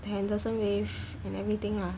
the henderson wave and everything ah